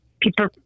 people